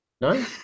No